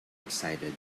excited